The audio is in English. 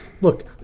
look